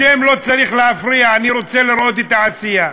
השם לא צריך להפריע, אני רוצה לראות את העשייה.